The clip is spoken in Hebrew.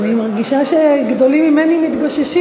אני מרגישה שגדולים ממני מתגוששים,